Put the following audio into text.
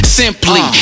simply